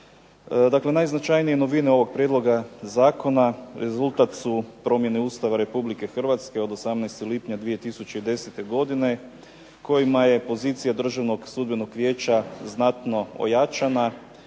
Dakle, najznačajnije novine ovog prijedloga zakona rezultat su promjene Ustava RH od 18. lipnja 2010. godine kojima je pozicija Državnog sudbenog vijeća znatno ojačana